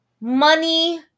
money